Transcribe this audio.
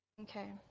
Okay